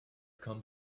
come